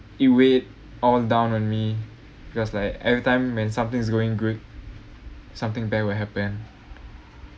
it weigh all down on me because like every time when something's going good something bad will happen